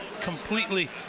completely